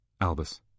Albus